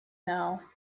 know